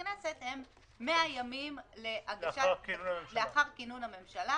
הכנסת הם 100 ימים לאחר כינון הממשלה